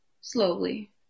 slowly